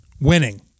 Winning